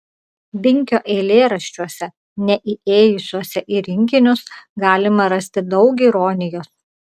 binkio eilėraščiuose neįėjusiuose į rinkinius galima rasti daug ironijos